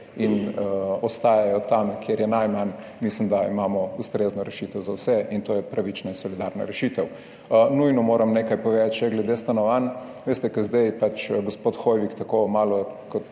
in ostajajo tam, kjer je najmanj. Mislim, da imamo ustrezno rešitev za vse, in to je pravična in solidarna rešitev. Nujno moram nekaj povedati še glede stanovanj, ker zdaj pač gospod Hoivik tako malo